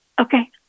Okay